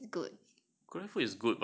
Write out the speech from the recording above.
ya korea food is good